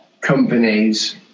companies